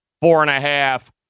four-and-a-half